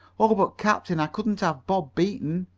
oh, but, captain, i couldn't have bob beaten!